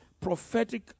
prophetic